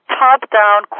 top-down